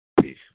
Peace